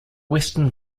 western